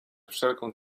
wszelką